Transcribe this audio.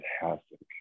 fantastic